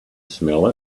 smell